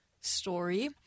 story